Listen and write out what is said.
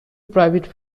private